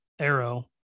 arrow